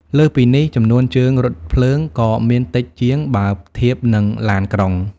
លើសពីនេះ ចំនួនជើងរថភ្លើងក៏មានតិចជាង បើធៀបនឹងឡានក្រុង។